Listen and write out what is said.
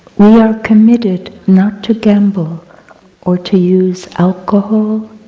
we are committed not to gamble or to use alcohol,